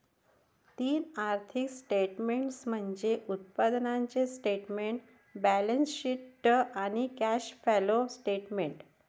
तीन आर्थिक स्टेटमेंट्स म्हणजे उत्पन्नाचे स्टेटमेंट, बॅलन्सशीट आणि कॅश फ्लो स्टेटमेंट